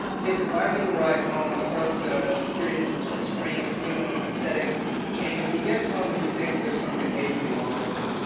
takes a bicycle ride home and starts to experience some sort of strange feelings, aesthetic changes. he gets home and he thinks there's something majorly wrong with him.